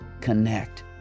connect